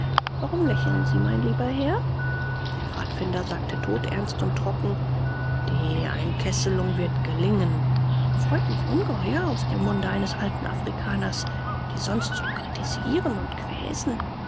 warum lächeln sie mein lieber herr der pfadfinder sagte toternst und trocken die einkesselung wird gelingen freut mich ungeheuer aus dem munde eines alten afrikaners die sonst nur kritisieren und